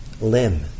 limb